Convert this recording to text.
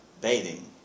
bathing